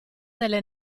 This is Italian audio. delle